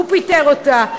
הוא פיטר אותה.